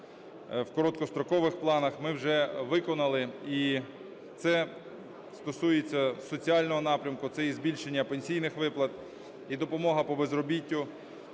в короткострокових планах, ми вже виконали, і це стосується соціального напрямку. Це і збільшення пенсійних виплат, і допомога по безробіттю,